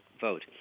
vote